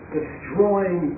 Destroying